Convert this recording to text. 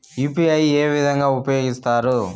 UPI ఏ విధంగా ఉపయోగిస్తారు?